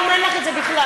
והיום אין לך את זה בכלל,